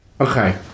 Okay